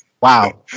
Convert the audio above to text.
Wow